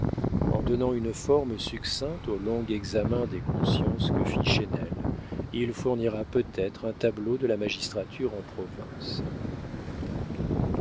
en donnant une forme succincte au long examen des consciences que fit chesnel il fournira peut-être un tableau de la magistrature en province